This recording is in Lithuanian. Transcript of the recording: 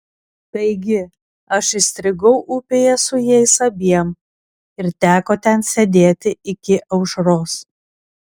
taigi aš įstrigau upėje su jais abiem ir teko ten sėdėti iki aušros